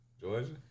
Georgia